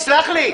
תסלח לי.